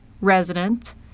Resident